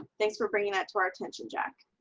thanks for bringing that to our attention, jack.